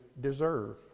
deserve